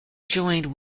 joined